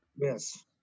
yes